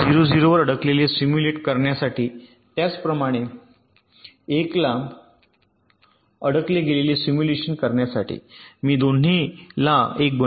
० वर अडकलेले सिम्युलेट करण्यासाठी त्याच प्रमाणे १ ला अडकले गेलेले सिमुलेशन करण्यासाठी मी दोन्हीला १ बनवितो